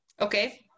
Okay